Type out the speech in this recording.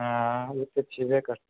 हँ ओ तऽ छेबै करै